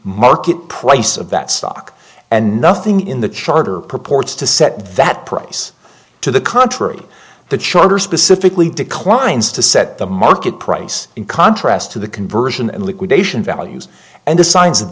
market price of that stock and nothing in the charter purports to set that price to the contrary the charter specifically declines to set the market price in contrast to the conversion and liquidation values and the signs